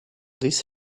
these